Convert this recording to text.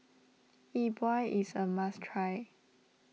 Yi Bua is a must try